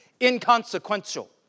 inconsequential